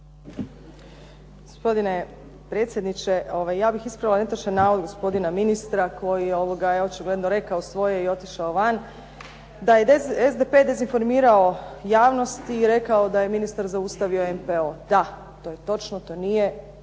Gospodine predsjedniče, ja bih ispravila netočan navod gospodina ministra koji je očigledno rekao svoje i otišao van, da je SDP dezinformirao javnost i rekao da je ministar zaustavio MPO. Da, to je točno. To nije